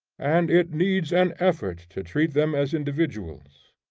and it needs an effort to treat them as individuals.